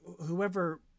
whoever